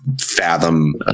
fathom